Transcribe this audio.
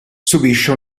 subisce